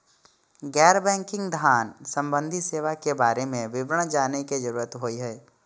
गैर बैंकिंग धान सम्बन्धी सेवा के बारे में विवरण जानय के जरुरत होय हय?